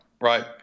Right